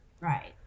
right